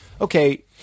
okay